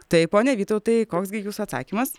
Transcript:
tai pone vytautai koks gi jūs atsakymas